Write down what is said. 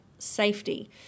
safety